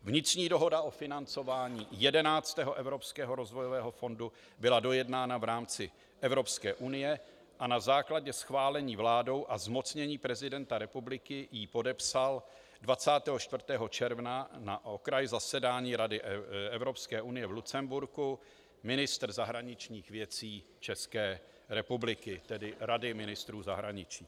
Vnitřní dohoda o financování 11. Evropského rozvojového fondu byla dojednána v rámci Evropské unie a na základě schválení vládou a zmocnění prezidenta republiky ji podepsal 24. června na zasedání Rady Evropské unie v Lucemburku ministr zahraničních věcí České republiky, tedy Rady ministrů zahraničí.